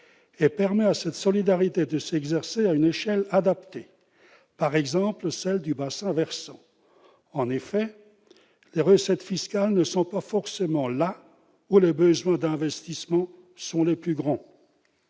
et permet à cette solidarité de s'exercer à une échelle adaptée, par exemple celle du bassin-versant. En effet, les recettes fiscales ne sont pas forcément là où les besoins d'investissement sont les plus importants.